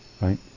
right